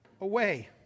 away